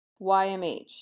ymh